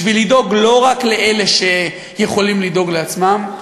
בשביל לדאוג לא רק לאלה שיכולים לדאוג לעצמם,